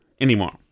anymore